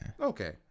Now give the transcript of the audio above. Okay